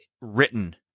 written